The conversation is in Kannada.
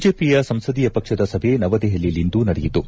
ಬಿಜೆಪಿಯ ಸಂಸದೀಯ ಪಕ್ಷದ ಸಭೆ ನವದೆಹಲಿಯಲ್ಲಿಂದು ನಡೆಯಿತು